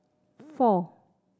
four